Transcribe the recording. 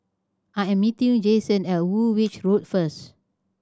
I am meeting Jason at Woolwich Road first